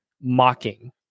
mocking